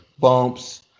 bumps